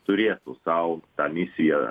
turėtų sau tą misiją